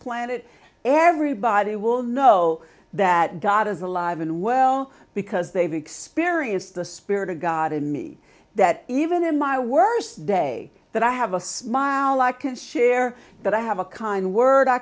planet everybody will know that god is alive and well because they've experienced the spirit of god in me that even in my worst day that i have a smile i can share that i have a kind word